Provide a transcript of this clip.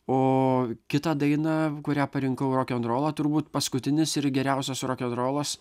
o kitą dainą kurią parinkau rokenrolo turbūt paskutinis ir geriausias rokenrolas